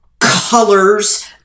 colors